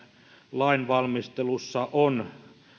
lainvalmistelussa on